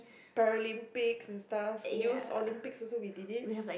paralympics and stuff Youth Olympics also we did it